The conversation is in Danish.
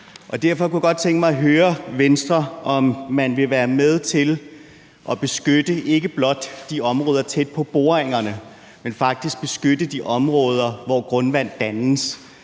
Derfor kunne jeg godt tænke mig at høre Venstre, om man vil være med til at beskytte ikke blot de områder tæt på boringerne, men også beskytte de områder, hvor grundvand dannes.